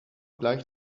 gleich